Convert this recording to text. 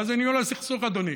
מה זה ניהול הסכסוך, אדוני?